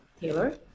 Taylor